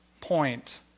point